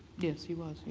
yes he was,